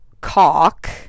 cock